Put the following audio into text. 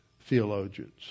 theologians